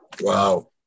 Wow